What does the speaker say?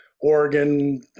Oregon